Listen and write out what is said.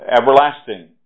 Everlasting